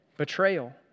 betrayal